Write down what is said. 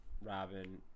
robin